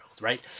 right